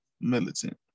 militant